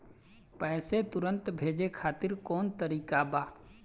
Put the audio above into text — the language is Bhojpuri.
पैसे तुरंत भेजे खातिर कौन तरीका बा?